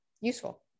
useful